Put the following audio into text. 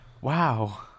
Wow